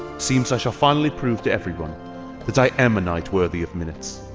seems i shall finally prove to everyone that i am a knight worthy of minutes.